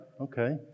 Okay